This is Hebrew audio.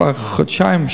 כבר חודשיים,